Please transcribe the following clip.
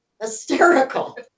hysterical